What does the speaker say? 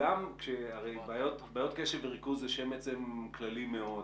הרי בעיות קשב וריכוז זה שם עצם כללי מאוד.